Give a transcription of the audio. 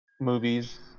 movies